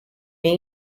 may